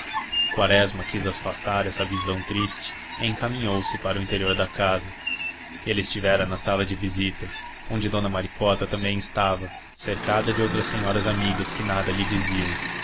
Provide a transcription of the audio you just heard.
quaresma quis afastar essa visão triste e encaminhou-se para o interior da casa ele estivera na sala de visitas onde dona maricota também estava cercada de outras senhoras amigas que nada lhe diziam